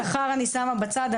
השכר אני שמה בצד,